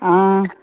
आं